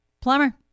plumber